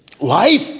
Life